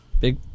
Big